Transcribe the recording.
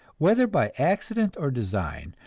whether by accident or design,